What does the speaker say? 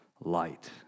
light